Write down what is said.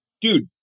dude